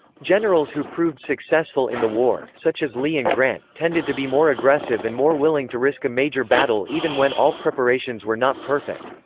generals who proved successful in the war, such as lee and grant, tended to be more aggressive and more willing to risk a major battle even when all preparations were not perfect.